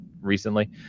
recently